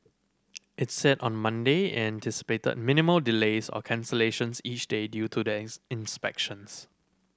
it said on Monday anticipated minimal delays or cancellations each day due to the inspections